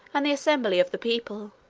and the assembly of the people,